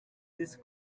this